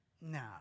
No